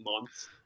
months